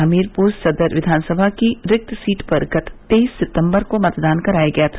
हमीरपुर सदर विधानसभा की रिक्त सीट पर गत तेईस सितम्बर को मतदान कराया गया था